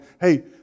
hey